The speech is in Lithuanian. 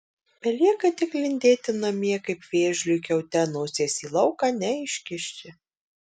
belieka tik lindėti namie kaip vėžliui kiaute nosies į lauką neiškiši